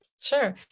Sure